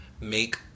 make